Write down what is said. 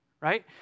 right